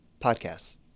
podcasts